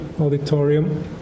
auditorium